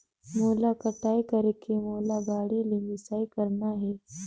मोला कटाई करेके मोला गाड़ी ले मिसाई करना हे?